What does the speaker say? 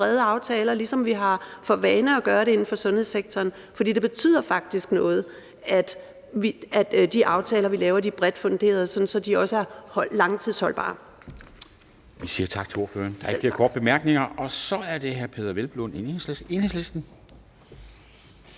brede aftaler, ligesom vi har for vane at gøre det inden for sundhedssektoren. For det betyder faktisk noget, at de aftaler, vi laver, er bredt funderede, sådan at de også er langtidsholdbare.